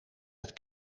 het